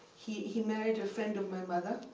he he married a friend of my mother.